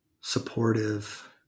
supportive